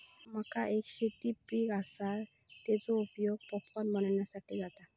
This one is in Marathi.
मका एक शेती पीक आसा, तेचो उपयोग पॉपकॉर्न बनवच्यासाठी जाता